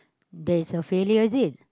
there's a failure ahead